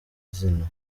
izina